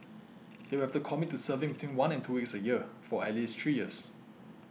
they will have to commit to serving between one and two weeks a year for at least three years